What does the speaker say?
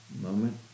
moment